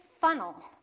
funnel